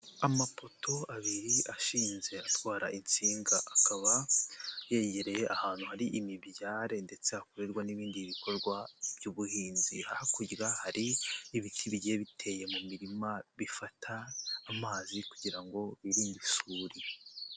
Amapoto abiri ashinze atwara insinga akaba yegereye ahantu hari imibyare ndetse hakorerwa n'ibindi bikorwa by'ubuhinzi, hakurya hari ibiti bigiye biteye mu mirima bifata amazi kugira ngo birinde isuri.